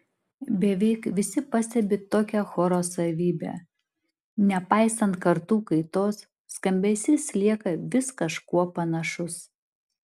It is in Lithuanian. beveik visi pastebi tokią choro savybę nepaisant kartų kaitos skambesys lieka vis kažkuo panašus